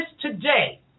today